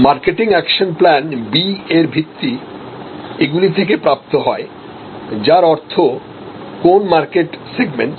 marketing action plan B এরভিত্তি এগুলি থেকে প্রাপ্ত হয় যার অর্থ কোনমার্কেট সেগমেন্ট